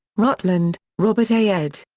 rutland, robert a. ed.